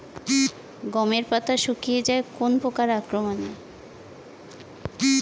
গমের পাতা শুকিয়ে যায় কোন পোকার আক্রমনে?